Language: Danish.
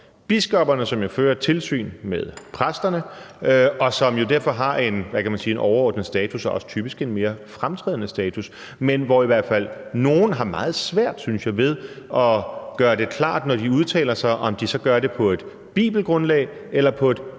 biskopperne, som jo fører et tilsyn med præsterne, og som derfor har en, kan man sige, overordnet status og også typisk en mere fremtrædende status, men hvor i hvert fald nogle har meget svært, synes jeg, ved at gøre det klart, når de udtaler sig, om de så gør det på et bibelgrundlag eller på et